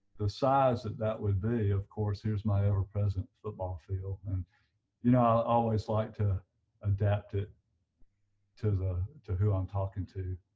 the size that that would be of course here's my ever present football field and you know i always like to adapt it to the to who i'm talking to